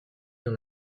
dans